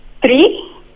Three